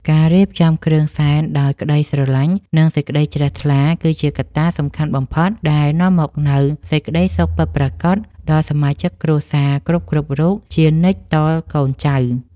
ការរៀបចំគ្រឿងសែនដោយក្តីស្រឡាញ់និងសេចក្តីជ្រះថ្លាគឺជាកត្តាសំខាន់បំផុតដែលនាំមកនូវសេចក្តីសុខពិតប្រាកដដល់សមាជិកគ្រួសារគ្រប់ៗរូបជានិច្ចតកូនចៅ។